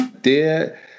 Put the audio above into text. Dear